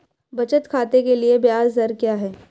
बचत खाते के लिए ब्याज दर क्या है?